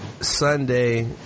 Sunday